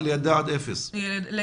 לידה עד שלוש.